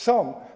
Są.